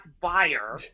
buyer